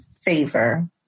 favor